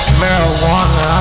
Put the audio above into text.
marijuana